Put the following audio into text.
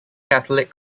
catholic